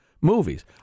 movies